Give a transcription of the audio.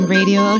Radio